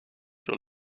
sur